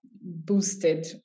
boosted